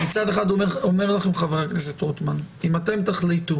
מצד אחד אומר לכם חבר הכנסת רוטמן, שאם אתם תחליטו